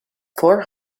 four